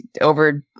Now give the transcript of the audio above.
over